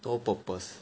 no purpose